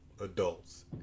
adults